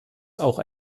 auch